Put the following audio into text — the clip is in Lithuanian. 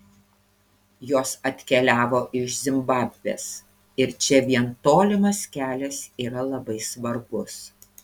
jos atkeliavo iš zimbabvės ir čia vien tolimas kelias yra labai svarbus